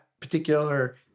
particular